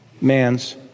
Man's